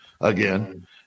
again